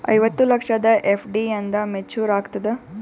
ಐವತ್ತು ಲಕ್ಷದ ಎಫ್.ಡಿ ಎಂದ ಮೇಚುರ್ ಆಗತದ?